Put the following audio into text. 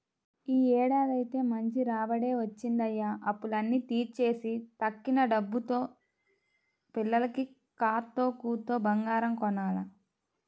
యీ ఏడాదైతే మంచి రాబడే వచ్చిందయ్య, అప్పులన్నీ తీర్చేసి తక్కిన డబ్బుల్తో పిల్లకి కాత్తో కూత్తో బంగారం కొనాల